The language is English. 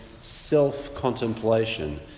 self-contemplation